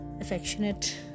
affectionate